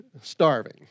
starving